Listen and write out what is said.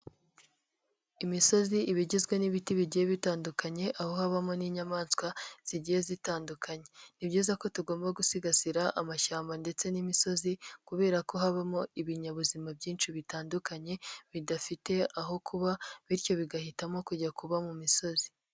Imisozi iba igizwe n'ibiti bigiye bitandukanye aho habamo n'inyamaswa zigiye zitandukanye, ni byiza ko tugomba gusigasira amashyamba ndetse n'imisozi kubera ko habamo ibinyabuzima byinshi bitandukanye bidafite aho kuba bityo bigahitamo kujya kuba mu misozi.